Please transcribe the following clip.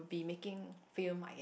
be making film I guess